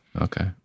Okay